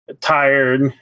tired